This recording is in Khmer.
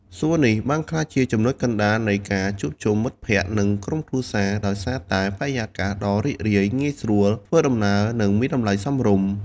សួននេះបានក្លាយជាចំណុចកណ្ដាលនៃការជួបជុំមិត្តភក្ដិ និងក្រុមគ្រួសារ ដោយសារតែបរិយាកាសដ៏រីករាយ ងាយស្រួលធ្វើដំណើរ និងមានតម្លៃសមរម្យ។